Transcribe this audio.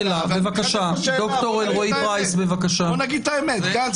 בואו נגיד את האמת, גנץ